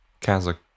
Kazakh